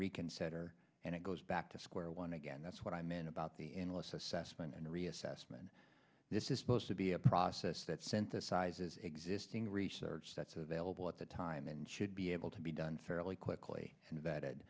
reconsider and it goes back to square one again that's what i meant about the analyst assessment and reassessment this is supposed to be a process that sent the sizes existing research that's available at the time and should be able to be done fairly quickly